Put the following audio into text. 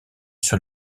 sur